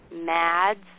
mads